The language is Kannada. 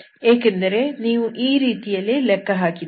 ಏಕೆಂದರೆ ನೀವು ಈ ರೀತಿಯಲ್ಲಿ ಲೆಕ್ಕ ಹಾಕಿದ್ದೀರಿ